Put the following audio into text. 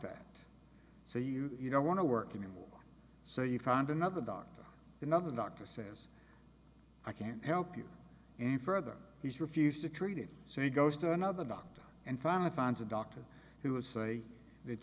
that so you don't want to work anymore so you find another doctor another doctor says i can't help you any further he's refused to treat it so he goes to another doctor and finally finds a doctor who would say that